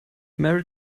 merry